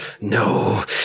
No